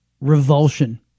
revulsion